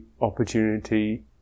opportunity